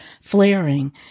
flaring